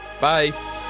Bye